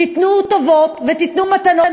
תיתנו טובות ותיתנו מתנות.